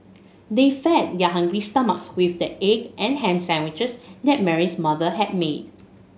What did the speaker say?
they fed their hungry stomachs with the egg and ham sandwiches that Mary's mother had made